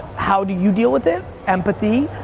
how do you deal with it, empathy,